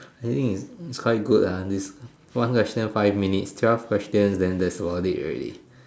I think is quite good ah this one question five minutes twelve questions then that's about it already